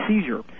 seizure